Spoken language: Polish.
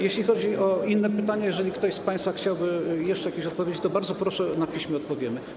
Jeśli chodzi o inne pytania, jeżeli ktoś z państwa chciałby jeszcze jakiejś odpowiedzi, to bardzo proszę, na piśmie odpowiemy.